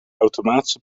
automatische